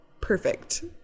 perfect